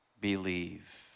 believe